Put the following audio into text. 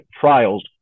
trials